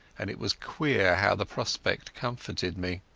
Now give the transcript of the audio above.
and it was queer how the prospect comforted me.